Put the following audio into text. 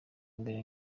mbere